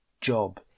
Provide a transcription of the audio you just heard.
job